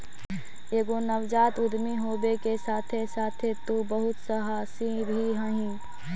एगो नवजात उद्यमी होबे के साथे साथे तु बहुत सहासी भी हहिं